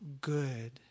good